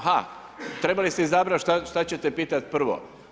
Aha, trebali ste izabrati što ćete pitati prvo?